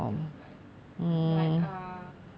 to apply but err